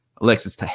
Alexis